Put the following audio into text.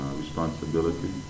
responsibility